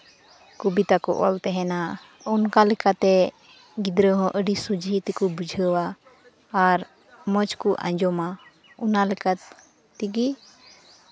ᱠᱚᱵᱤᱛᱟ ᱠᱚ ᱚᱞ ᱛᱟᱦᱮᱱᱟ ᱚᱱᱠᱟ ᱞᱮᱠᱟᱛᱮ ᱜᱤᱫᱽᱨᱟᱹ ᱦᱚᱸ ᱟᱹᱰᱤ ᱥᱚᱡᱷᱮ ᱛᱮᱠᱚ ᱵᱩᱡᱷᱟᱹᱣᱟ ᱟᱨ ᱢᱚᱡᱽ ᱠᱚ ᱟᱸᱡᱚᱢᱟ ᱚᱱᱟ ᱞᱮᱠᱟ ᱛᱮᱜᱮ